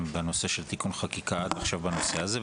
בנושא של תיקון חקיקה עד עכשיו בנושא הזה,